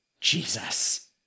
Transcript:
Jesus